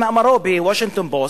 במאמרו ב"וושינגטון פוסט",